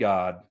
God